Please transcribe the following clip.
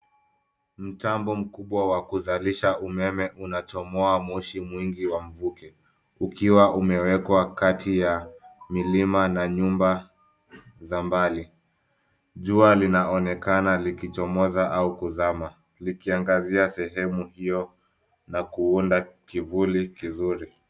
Mtambo mkubwa wa kuzalisha umeme unachomoa moshi mwingi wa mvuke ukiwa umewekwa kati ya milima na nyumba za mbali. Jua linaonekana likichomoza au kuzama likiangazia sehemu hiyo na kuunda kivuli kizuri.